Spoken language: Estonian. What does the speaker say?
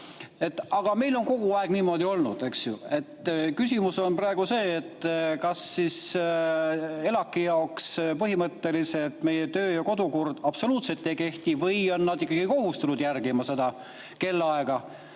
aga meil on kogu aeg niimoodi olnud, eks ju. Küsimus on praegu see, et kas ELAK-i jaoks siis põhimõtteliselt meie kodu- ja töökord absoluutselt ei kehti või on nad ikkagi kohustatud järgima seda kellaaega,